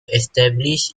establish